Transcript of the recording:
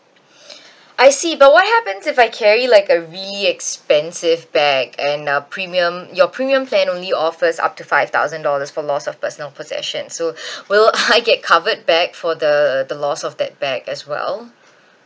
I see but what happens if I carry like a really expensive bag and uh premium your premium plan only offers up to five thousand dollars for loss of personal possessions so will I get covered bag for the the loss of that bag as well